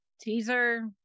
teaser